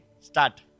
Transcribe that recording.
Start